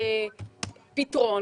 פתרון